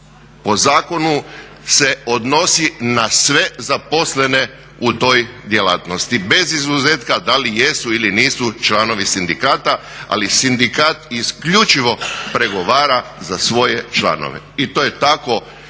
po zakonu se odnosi na sve zaposlene u toj djelatnosti, bez izuzetka da li jesu ili nisu članovi sindikata ali sindikat isključivo pregovara za svoje članove. I to je tako